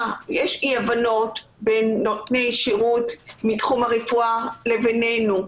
יש אי הבנות בין נותני שירות מתחום הרפואה לבינינו.